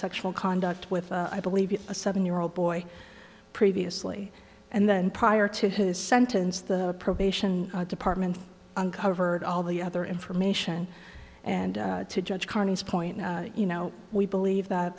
sexual conduct with i believe you a seven year old boy previously and then prior to his sentence the probation department uncovered all the other information and to judge carney's point you know we believe that